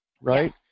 right